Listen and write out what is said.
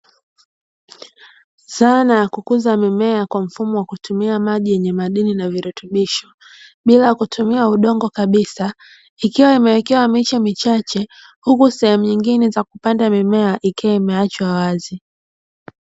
Zana ya kukuza mimea kwa mfumo wa kutumia maji yenye madini na virutubisho, bila kutumia udongo kabisa ikiwa imewekewa mechi michache huku sehemu nyingine za kupanda mimea ikawa imeachwa wazi.